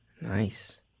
nice